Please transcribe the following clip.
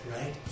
right